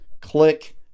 click